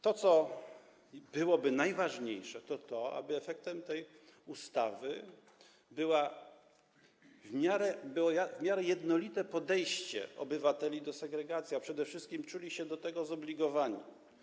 To, co byłoby najważniejsze, to to, aby efektem tej ustawy było w miarę jednolite podejście obywateli do segregacji, a przede wszystkim aby czuli się do tego zobligowani.